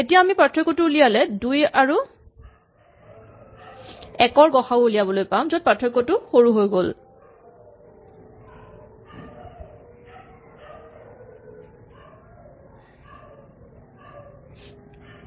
এতিয়া আমি পাৰ্থক্যটো উলিয়ালে ২ আৰু ১ ৰ গ সা উ উলিয়াবলৈ পাম য'ত পাৰ্থক্যটো সৰু হৈ গ'ল